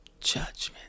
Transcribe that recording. judgment